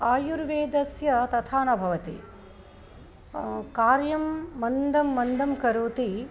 आयुर्वेदस्य तथा न भवति कार्यं मन्दं मन्दं करोति